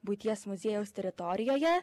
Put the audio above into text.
buities muziejaus teritorijoje